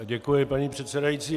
Děkuji, paní předsedající.